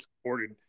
supported